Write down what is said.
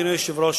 אדוני היושב-ראש,